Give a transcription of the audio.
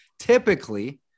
typically